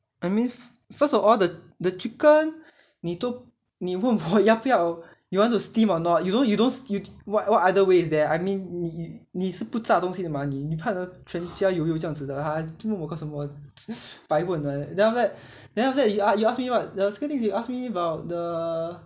I mean first of all the chicken 你都你问我要不要 you want to steam or not you don't you don't you what other ways there I mean 你是不炸东西的 mah 你怕全家油油这样子的吗你问我们什么问题 白问的 leh then after that you ask me what the second thing you ask me about the